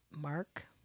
Mark